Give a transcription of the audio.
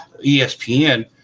ESPN